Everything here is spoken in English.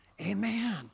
Amen